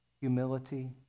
Humility